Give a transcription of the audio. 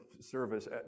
service